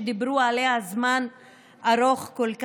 שדיברו עליה זמן ארוך כל כך,